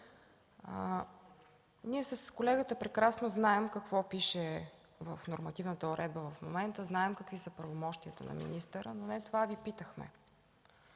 души. С колегата прекрасно знаем какво пише в нормативната уредба в момента, знаем какви са правомощията на министъра, но не това Ви питахме.